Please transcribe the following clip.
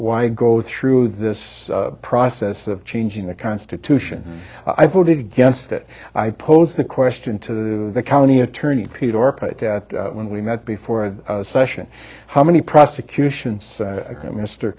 why go through this process of changing the constitution i voted against it i posed the question to the county attorney peter when we met before the session how many prosecutions